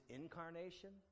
incarnation